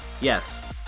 Yes